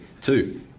Two